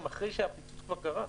גם אחרי שהפיצוץ כבר קרה,